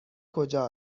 کجا